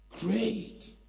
great